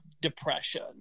depression